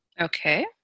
Okay